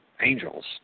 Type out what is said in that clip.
angels